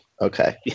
Okay